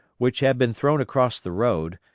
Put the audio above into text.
which had been thrown across the road,